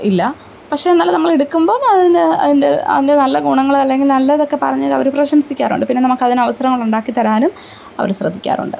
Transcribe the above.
ഇല്ല പക്ഷേ എന്നാലും നമ്മളെടുക്കുമ്പം അതിന് അതിന്റെ അതിൻ്റെ നല്ല ഗുണങ്ങൾ അല്ലെങ്കിൽ നല്ലതൊക്കെ പറഞ്ഞുതരും അവർ പ്രശംസിക്കാറുണ്ട് പിന്നെ നമുക്കതിന് അവസരങ്ങള് ഉണ്ടാക്കി തരാനും അവർ ശ്രദ്ധിക്കാറുണ്ട്